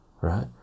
right